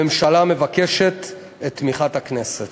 הממשלה מבקשת את תמיכת הכנסת.